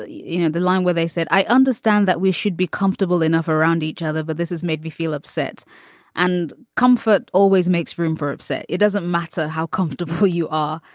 you know, the line where they said, i understand that we should be comfortable enough around each other. but this has made me feel upset and comfort always makes room for upset. it doesn't matter how comfortable you are.